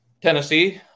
Tennessee